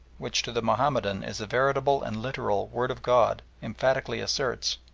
which to the mahomedan is the veritable and literal word of god, emphatically asserts,